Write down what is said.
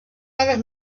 aves